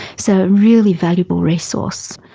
so a really valuable resource.